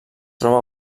troba